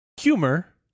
Humor